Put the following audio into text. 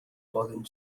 poden